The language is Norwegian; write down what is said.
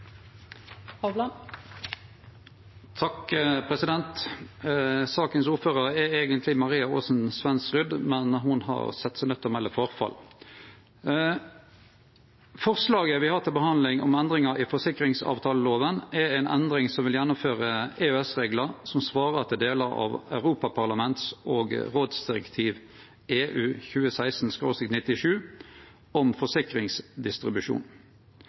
eigentleg Maria Aasen-Svensrud, men ho har sett seg nøydd til å melde forfall. Forslaget me har til behandling om endringar i forsikringsavtaleloven, er ei endring som vil gjennomføre EØS-reglar som svarar til delar av Europaparlaments- og rådsdirektiv 2016/97 om forsikringsdistribusjon. I tillegg vert det føreslått ei omstrukturering av forsikringsavtaleloven og reglar om